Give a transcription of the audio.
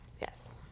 Yes